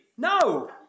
No